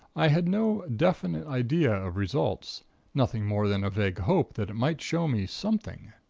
i had no definite idea of results nothing more than a vague hope that it might show me something.